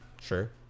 sure